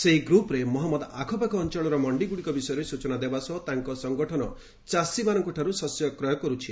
ସେହି ଗ୍ରପ୍ରେ ମହମ୍ମଦ ଆଖପାଖ ଅଞ୍ଚଳର ମଣ୍ଡିଗୁଡ଼ିକ ବିଷୟରେ ସ୍ଚଚନା ଦେବା ସହ ତାଙ୍କ ସଙ୍ଗଠନ ଚାଷୀମାନଙ୍କଠାରୁ ଶସ୍ୟ କ୍ରୟ କରୁଛି